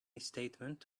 statement